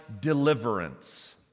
deliverance